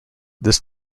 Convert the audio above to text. this